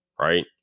Right